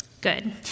Good